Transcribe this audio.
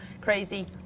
Crazy